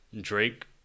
Drake